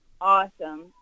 awesome